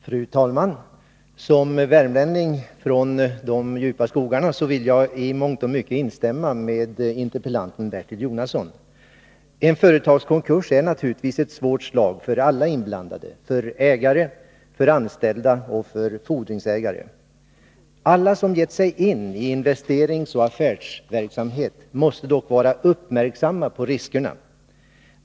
Fru talman! Som värmlänning från de djupa skogarna vill jag i mångt och mycket instämma med interpellanten Bertil Jonasson. En företagskonkurs är naturligtvis ett svårt slag för alla inblandade — för ägare, för anställda och för fordringsägare. Alla som gett sig in i investeringsoch affärsverksamhet måste dock vara uppmärksamma på riskerna.